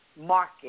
market